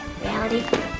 reality